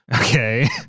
Okay